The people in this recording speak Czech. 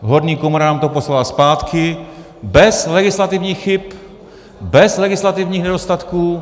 Horní komora nám to poslala zpátky bez legislativních chyb, bez legislativních nedostatků.